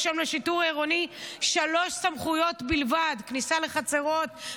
היום יש לשיטור העירוני שלוש סמכויות בלבד: כניסה לחצרות,